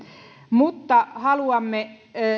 mutta haluamme